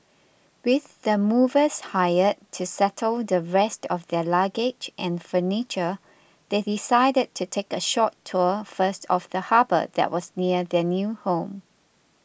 with the movers hired to settle the rest of their luggage and furniture they decided to take a short tour first of the harbour that was near their new home